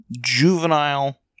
juvenile